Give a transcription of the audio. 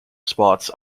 spots